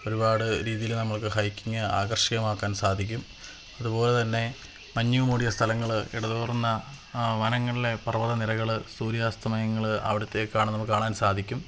ഒരുപാട് രീതിയില് നമുക്ക് ഹൈക്കിങ്ങ് ആകര്ഷകമാക്കാന് സാധിക്കും അതുപോലെ തന്നെ മഞ്ഞുമൂടിയ സ്ഥലങ്ങള് ഇടതൂർന്ന ആ വനങ്ങളിലെ പര്വ്വത നിരകള് സൂര്യാസ്തമയങ്ങള് അവിടെ എത്തിയാൽ നമുക്ക് കാണാന് സാധിക്കും